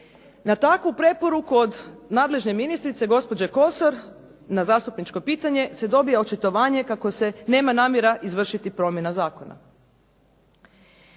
Na takvu preporuku od nadležne ministrice, gospođe Kosor, na zastupničko pitanje se dobiva očitovanje kako se nema namjera izvršiti promjena zakona.